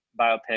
biopic